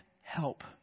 help